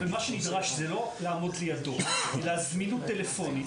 מה שנדרש זה לא לעמוד לידו אלא זמינות טלפונית.